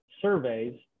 surveys